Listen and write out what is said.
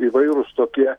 įvairūs tokie